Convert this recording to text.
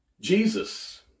Jesus